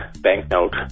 banknote